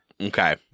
Okay